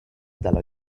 dalla